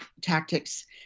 tactics